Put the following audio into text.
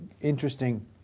interesting